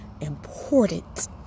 important